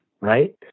right